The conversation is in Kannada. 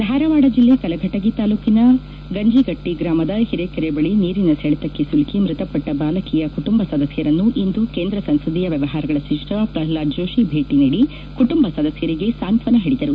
ಧಾರವಾದ ಜಿಲ್ಲೆ ಕಲಘಟಗಿ ತಾಲೂಕಿನ ಗಂಜಿಗಟ್ಟಿ ಗ್ರಾಮದ ಹಿರೇಕೆರೆ ಬಳಿ ನೀರಿನ ಸೆಳೆತಕ್ಕೆ ಸಿಲುಕಿ ಮೃತಪಟ್ಟ ಬಾಲಕಿಯ ಕುಟುಂಬ ಸದಸ್ಯರನ್ನು ಇಂದು ಕೇಂದ್ರ ಸಂಸದೀಯ ವ್ಯವಹಾರಗಳ ಸಚಿವ ಪ್ರಹ್ಲಾದ್ ಜೋಶಿ ಭೇಟಿ ನೀಡಿ ಕುಟುಂಬ ಸದಸ್ಯರಿಗೆ ಸಾಂತ್ವನ ಹೇಳಿದರು